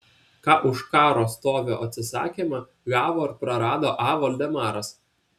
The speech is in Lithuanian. ką už karo stovio atsisakymą gavo ar prarado a voldemaras